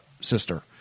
sister